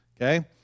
Okay